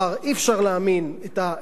הגלגולים והקשיים.